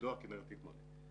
תפקידו הכנרת תתמלא.